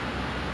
ya